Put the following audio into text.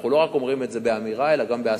אנחנו לא אומרים את זה רק באמירה, אלא גם בעשייה.